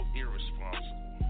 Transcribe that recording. irresponsible